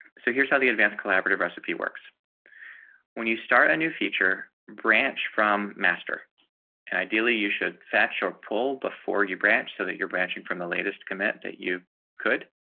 so here's how the advanced collaborative recipe works when you start a new feature branch from master and ideally you should fetch your pole before you branch so that you're branching from the latest commit that you could